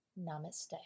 Namaste